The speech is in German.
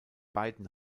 beiden